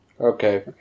Okay